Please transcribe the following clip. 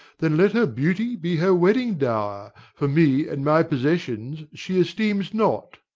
then let her beauty be her wedding-dow'r for me and my possessions she esteems not.